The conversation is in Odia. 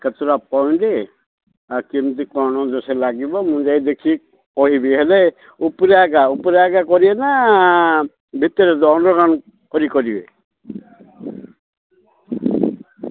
କେତେଟା ଆଉ କେମିତି କ'ଣ ସେ ଲାଗିବ ମୁଁ ଯାଇ ଦେଖିକି କହିବି ହେଲେ ଉପରେ ଏକା ଉପରେ ଏକା କରିବେ ନା ଭିତରେ ଅଣ୍ଡରଗ୍ରାଉଣ୍ଡ୍ କରି କରିବେ